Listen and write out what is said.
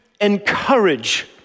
encourage